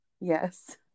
yes